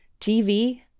TV